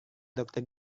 dokter